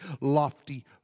lofty